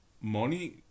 Money